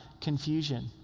Confusion